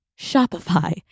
Shopify